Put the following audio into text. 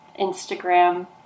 Instagram